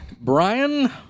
Brian